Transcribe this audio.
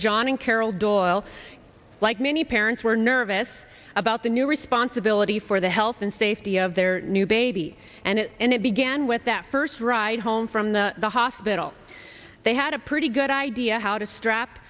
john and carol durrell like many parents were nervous about the new responsibility for the health and safety of their new baby and it began with that first ride home from the hospital they had a pretty good idea how to strap